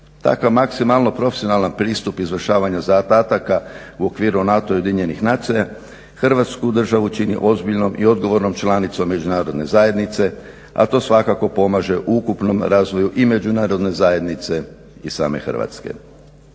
Takav maksimalno profesionalan pristup izvršavanja zadataka u okviru NATO ujedinjenih nacija, Hrvatsku državu čini ozbiljnom i odgovornom članicom međunarodne zajednice, a to svakako pomaže u ukupnom razvoju i međunarodne zajednice i same Hrvatske.